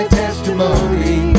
testimony